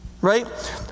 Right